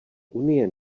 unie